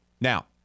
Now